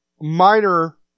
minor